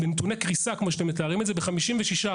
בנתוני קריסה, כמו שאתם מתארים ב-56%.